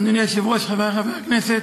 אדוני היושב-ראש, חברי חברי הכנסת,